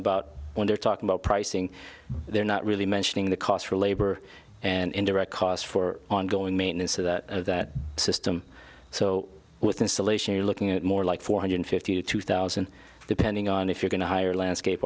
about when you're talking about pricing they're not really mentioning the cost for labor and indirect cost for ongoing maintenance of that system so with installation you're looking at more like four hundred fifty to two thousand depending on if you're going to hire landscape